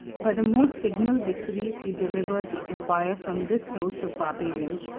by the most signal victories he delivered the empire from this host of barbarians,